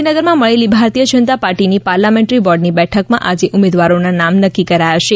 ગાંધીનગરમાં મળેલી ભારતીય જનતા પાર્ટીની પાર્લામેન્ટ્રી બોર્ડની બેઠકમાં આજે ઉમેદવારોના નામ નક્કી કરાયા છે